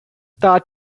started